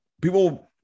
people